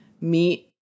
meet